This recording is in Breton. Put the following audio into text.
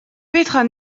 petra